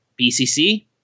BCC